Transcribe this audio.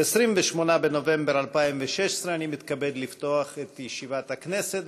28 בנובמבר 2016. אני מתכבד לפתוח את ישיבת הכנסת.